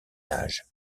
âge